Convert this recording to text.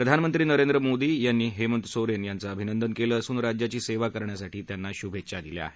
प्रधानमंत्री नरेंद्र मोदी यांनी हेमंत सोरेन यांचं अभिनंदन केलं असून राज्याची सेवा करण्यासाठी त्यांना शुभेच्छा दिल्या आहेत